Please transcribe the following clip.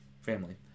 family